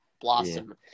blossom